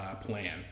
plan